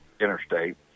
interstate